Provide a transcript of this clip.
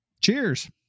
cheers